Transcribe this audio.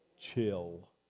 chill